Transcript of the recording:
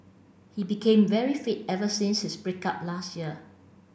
he became very fit ever since his break up last year